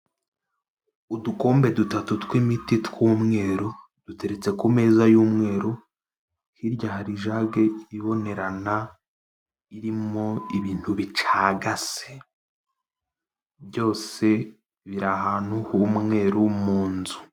Udukombe dutatu tw'imiti tw'umweru duteretse ku meza y'umweru, hirya hari ijage ibonerana irimo ibintu bicagase, byose bira ahantu h'umweru mu nzu.